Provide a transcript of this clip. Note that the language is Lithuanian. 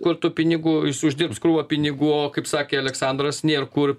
kur tų pinigų jis uždirbs krūvą pinigų o kaip sakė aleksandras nėr kur